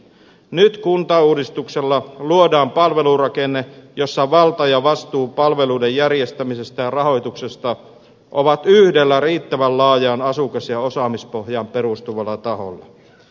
nyt kuntauudistuksella luodaan palvelurakenne jossa valta ja vastuu palveluiden järjestämisestä ja rahoituksesta ovat yhdellä riittävän laajaan asukas ja osaamispohjaan perustuvalla taholla